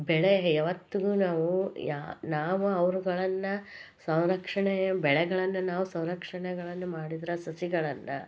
ಬೆಳೆಗೆ ಯಾವತ್ತಿಗೂ ನಾವು ಯಾರು ನಾವು ಅವುಗಳನ್ನ ಸಂರಕ್ಷಣೆಯ ಬೆಳೆಗಳನ್ನು ನಾವು ಸಂರಕ್ಷಣೆಗಳನ್ನು ಮಾಡಿದ್ರೆ ಸಸಿಗಳನ್ನು